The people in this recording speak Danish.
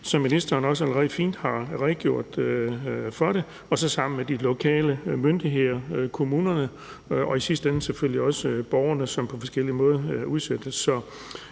som ministeren også allerede fint har redegjort for, og så det sammen med de lokale myndigheder, kommunerne og i sidste ende selvfølgelig også borgerne, som på forskellig måde udsættes.